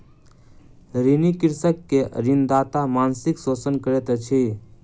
ऋणी कृषक के ऋणदाता मानसिक शोषण करैत अछि